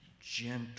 gentle